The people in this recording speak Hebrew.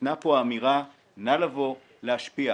ניתנה פה אמירה: נא לבוא להשפיע.